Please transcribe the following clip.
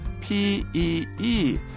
P-E-E